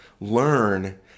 learn